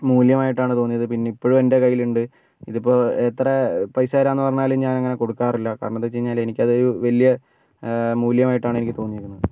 മൂല്യമായിട്ടാണ് തോന്നിയത് പിന്നെ ഇപ്പോഴും എൻ്റെ കയ്യിൽ ഉണ്ട് ഇത് ഇപ്പോൾ എത്ര പൈസ തരാം എന്ന് പറഞ്ഞാലും ഞാൻ അങ്ങനെ കൊടുക്കാറില്ല കരണം എന്ത് വെച്ചുകഴിഞ്ഞാൽ എനിക്ക് അത് വലിയ മൂല്യമായിട്ടാണ് എനിക്ക് തോന്നുന്നത്